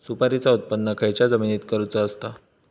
सुपारीचा उत्त्पन खयच्या जमिनीत करूचा असता?